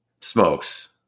smokes